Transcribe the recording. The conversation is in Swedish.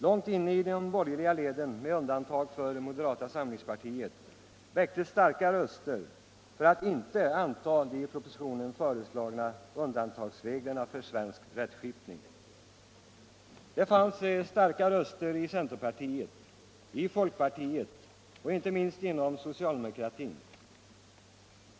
Långt inne i de borgerliga leden, med undantag för moderata samlingspartiet, höjdes starka röster för att inte anta de i propositionen föreslagna undantagsreglerna för svensk rättskipning. Det fanns vidare starka röster inom centerpartiet, inom folkpartiet och inte minst inom socialdemokratin som hävdade samma mening.